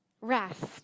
Rest